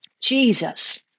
Jesus